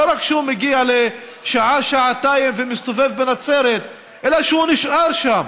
שלא רק יגיע לשעה-שעתיים ויסתובב בנצרת אלא שהוא יישאר שם,